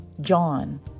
John